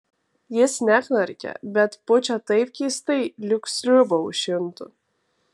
jis neknarkia bet pučia taip keistai lyg sriubą aušintų